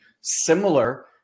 similar